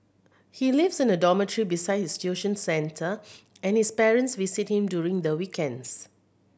he lives in a dormitory besides his tuition centre and his parents visit him during the weekends